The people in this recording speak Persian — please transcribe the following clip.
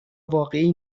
واقعی